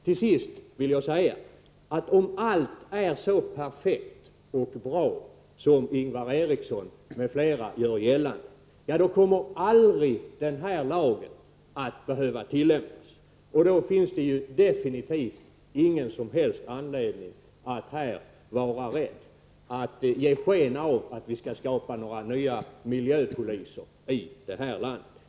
Till sist vill jag säga att om allt är så perfekt och bra som Ingvar Eriksson m.fl. gör gällande, då kommer aldrig den här lagen att behöva tillämpas. Och då finns det ju ingen som helst anledning att vara rädd och ge sken av att vi skall åstadkomma några nya miljöpoliser här i landet.